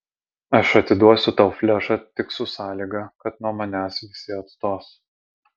aš atiduosiu tau flešą tik su sąlyga kad nuo manęs visi atstos